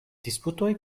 disputoj